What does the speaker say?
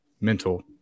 mental